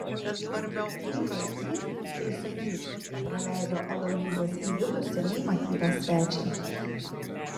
nu jei yr tai sakyk praleido aloyzas į vidų seniai matytą svečią